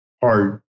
hard